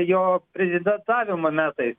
jo prezidentavimo metai